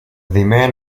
man